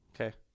Okay